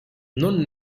non